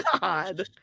God